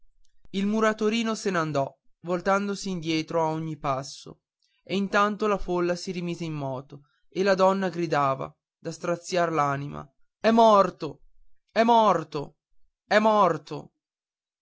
va il muratorino se n'andò voltandosi indietro a ogni passo e intanto la folla si rimise in moto e la donna gridava da straziar l'anima è morto è morto è morto